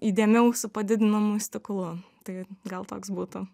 įdėmiau su padidinamu stiklu tai gal toks būtų